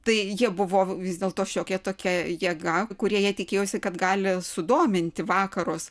tai jie buvo vis dėlto šiokia tokia jėga kurie jie tikėjosi kad gali sudominti vakarus